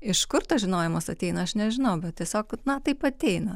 iš kur tas žinojimas ateina aš nežinau bet tiesiog na taip ateina